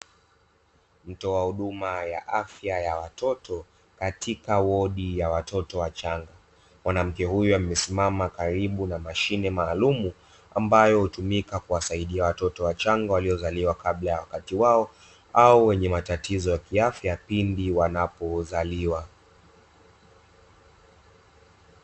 Mtoa huduma ya afya ya watoto, katika wodi ya watoto wachanga. Mwanamke huyu amesimama karibu na ya mashine maalumu ambayo hutumika kuwasaidia watoto wachanga waliozaliwa kabla ya wakati wao au wenye matatizo ya kiafya, pindi wanapozaliwa.